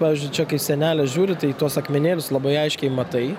pavyzdžiui čia kai sienelę žiūri tai į tuos akmenėlius labai aiškiai matai